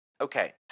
Okay